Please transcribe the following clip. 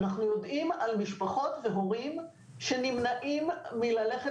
אנחנו יודעים על משפחות והורים שנמנעים מללכת